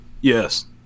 Yes